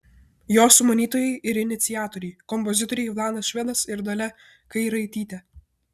jo sumanytojai ir iniciatoriai kompozitoriai vladas švedas ir dalia kairaitytė